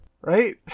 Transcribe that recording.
Right